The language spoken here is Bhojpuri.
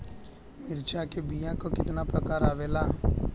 मिर्चा के बीया क कितना प्रकार आवेला?